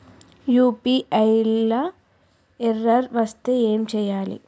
UPI లా error వస్తే ఏం చేయాలి?